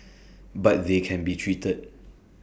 but they can be treated